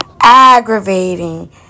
aggravating